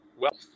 Wealth